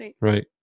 right